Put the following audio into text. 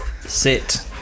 sit